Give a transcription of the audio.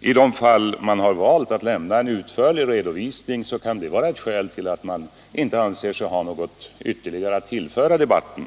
I de fall där man valt att lämna en utförlig redovisning med en gång kan det vara ett skäl till att man inte har något ytterligare att tillföra debatten.